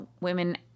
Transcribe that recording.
women